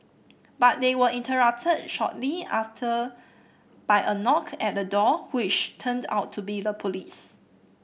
but they were interrupted shortly after by a knock at the door which turned out to be the police